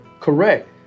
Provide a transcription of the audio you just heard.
correct